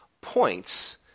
points